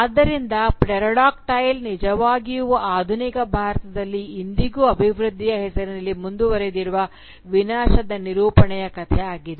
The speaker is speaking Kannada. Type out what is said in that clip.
ಆದ್ದರಿಂದ ಪ್ಟೆರೋಡಾಕ್ಟೈಲ್ ನಿಜವಾಗಿಯೂ ಆಧುನಿಕ ಭಾರತದಲ್ಲಿ ಇಂದಿಗೂ ಅಭಿವೃದ್ಧಿಯ ಹೆಸರಿನಲ್ಲಿ ಮುಂದುವರೆದಿರುವ ವಿನಾಶದ ನಿರೂಪಣೆಯ ಕಥೆ ಆಗಿದೆ